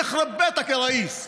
יח'רב ביתכ, יא ראיס.